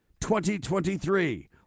2023